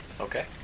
Okay